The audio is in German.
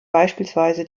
beispielsweise